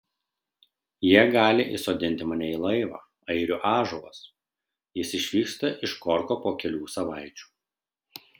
jie gali įsodinti mane į laivą airių ąžuolas jis išvyksta iš korko po kelių savaičių